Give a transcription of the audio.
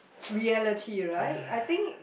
reality right I think